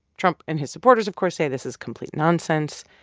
trump and his supporters, of course, say this is complete nonsense.